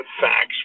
facts